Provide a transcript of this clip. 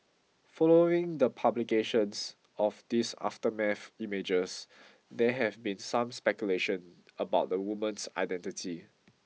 following the publication of these aftermath images there have been some speculation about the woman's identity